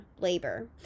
labor